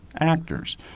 actors